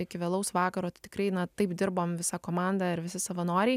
iki vėlaus vakaro tai tikrai na taip dirbom visa komanda ir visi savanoriai